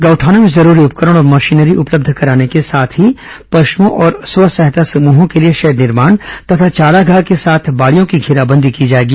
गौठानों में जरूरी उपकरण और मंशीनरी उपलब्ध कराने के साथ पशुओं और स्व सहायता समूहों के लिए शेड निर्माण तथा चारागाह के साथ बाड़ियों की घेराबंदी की जाएगी